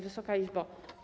Wysoka Izbo!